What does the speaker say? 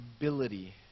ability